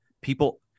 people